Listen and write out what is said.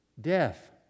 Death